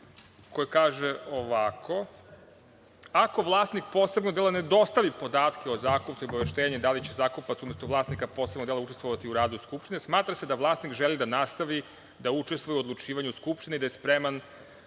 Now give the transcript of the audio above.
koji kaže – ako vlasnik posebnog dela ne dostavi podatke o zakupcu i obaveštenje da li će zakupac umesto vlasnika posebnog dela učestvovati u radu Skupštine, smatra se da vlasnik želi da nastavi da učestvuje u odlučivanju Skupštine i da je spreman